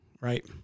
Right